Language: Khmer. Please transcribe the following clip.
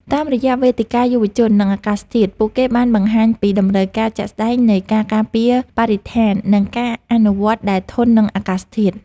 តាមរយៈវេទិកាយុវជន និងអាកាសធាតុ ពួកគេបានបង្ហាញពីតម្រូវការជាក់ស្ដែងនៃការការពារបរិស្ថាន និងការអភិវឌ្ឍដែលធន់នឹងអាកាសធាតុ។